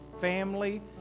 family